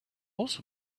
also